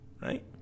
right